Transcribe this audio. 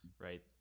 Right